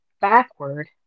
backward